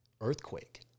earthquake